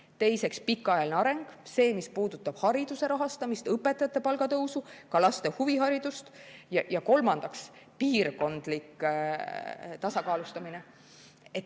Teiseks, pikaajaline areng, see, mis puudutab hariduse rahastamist, õpetajate palga tõusu, ka laste huviharidust. Ja kolmandaks, piirkondlik tasakaalustamine.